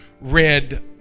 read